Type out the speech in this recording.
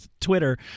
Twitter